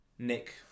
Nick